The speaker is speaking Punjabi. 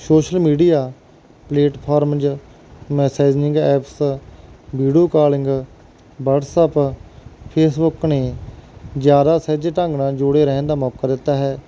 social media platforms messaging apps video calling WhatsApp Facebook ਨੇ ਜ਼ਿਆਦਾ ਸਹਿਜੇ ਢੰਗ ਨਾਲ ਜੁੜੇ ਰਹਿਣ ਦਾ ਮੌਕਾ ਦਿੱਤਾ ਹੈ